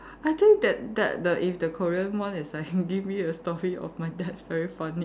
I think that that the if the Korean one is like give me a story of my dad very funny